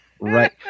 Right